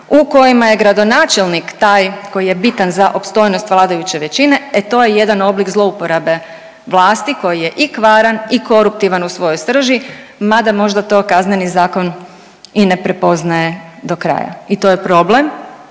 u kojima je gradonačelnik taj koji je bitan za opstojnost vladajuće većine, e to je jedan oblik zlouporabe vlasti koji je kvaran i koruptivan u svojoj srži mada možda to Kazneni zakon i ne prepoznaje do kraja i to je problem